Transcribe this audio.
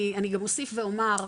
אני גם אוסיף ואומר,